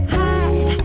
hide